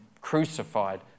crucified